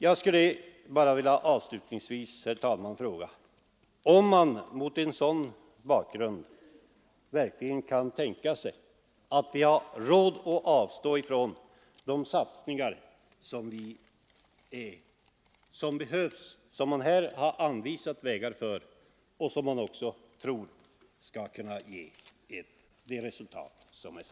Jag skulle bara avslutningsvis, herr talman, vilja fråga om vi mot en sådan bakgrund verkligen har råd att avstå från de satsningar som behövs, som här har anvisats vägar för och som man tror skall kunna ge det resultat som nämnts.